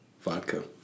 vodka